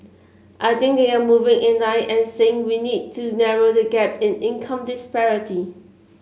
I think they are moving in line and saying we need to narrow the gap in income disparity